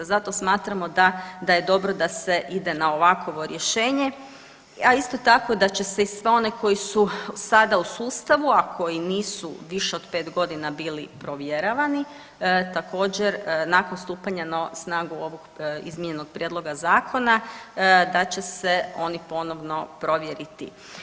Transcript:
Zato smatramo da, da je dobro da se ide na ovakovo rješenje, a isto tako da će se i sve one koji su sada u sustavu, a koji nisu više od 5.g. bili provjeravani također nakon stupanja na snagu ovog izmijenjenog prijedloga zakona da će se oni ponovno provjeriti.